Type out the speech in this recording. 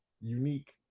unique